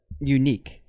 Unique